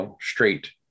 straight